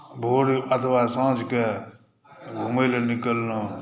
भोर अथवा साँझके घुमए लए निकलहुँ